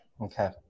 Okay